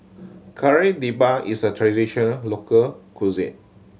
Kari Debal is a traditional local cuisine